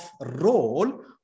role